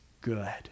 good